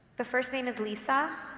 the first name is lisa.